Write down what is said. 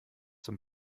zum